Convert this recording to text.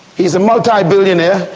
he's a multi-billionaire,